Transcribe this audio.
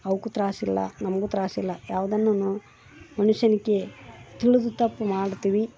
ಅವಕ್ಕೂ ತ್ರಾಸಿಲ್ಲ ನಮಗೂ ತ್ರಾಸಿಲ್ಲ ಯಾವ್ದನ್ನು ಮನುಷ್ಯನಿಗೆ ತಿಳಿದು ತಪ್ಪು ಮಾಡ್ತೀವಿ